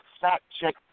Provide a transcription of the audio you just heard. fact-check